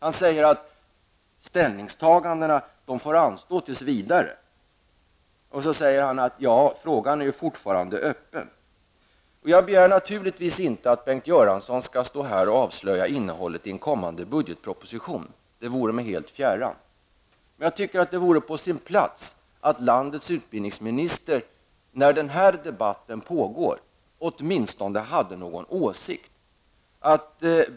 Han säger att ställningstagandena får anstå tills vidare och att frågan fortfarande är öppen. Jag begär naturligtvis inte att Bengt Göransson skall stå här och avslöja innehållet i en kommande budgetproposition. Det vore mig helt fjärran. Men jag tycker att det vore på sin plats att landets utbildningsminister, när den här debatten nu pågår, åtminstone hade någon åsikt.